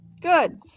Good